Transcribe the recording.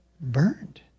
burned